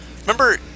remember